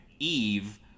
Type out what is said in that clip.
Eve